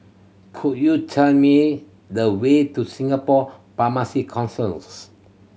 could you tell me the way to Singapore Pharmacy Councils